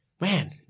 Man